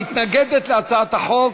מתנגדת להצעת החוק